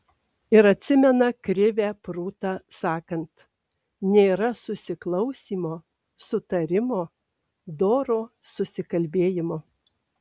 ir atsimena krivę prūtą sakant nėra susiklausymo sutarimo doro susikalbėjimo